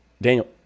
Daniel